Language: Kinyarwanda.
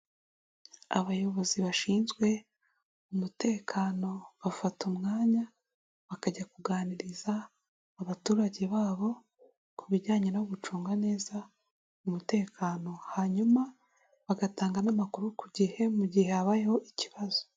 Abayobozi bashinzwe umutekano bafata umwanya bakajya kuganiriza abaturage babo ku bijyanye no gucunga neza umutekano, hanyuma bagatanga n'amakuru ku gihe mu gihe habayeho ikibazo.